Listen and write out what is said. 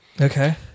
Okay